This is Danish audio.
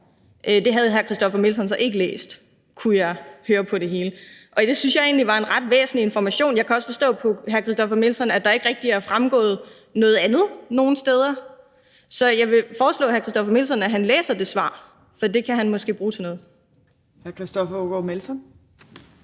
Det havde hr. Christoffer Aagaard Melson så ikke læst, kunne jeg høre på det hele. Det synes jeg egentlig var en ret væsentlig information, og jeg kan også forstå på hr. Christoffer Aagaard Melson, at der ikke rigtig har fremgået noget andet nogen steder, så jeg vil foreslå hr. Christoffer Aagaard Melson, at han læser det svar, for det kan han måske bruge til noget. Kl. 13:52 Fjerde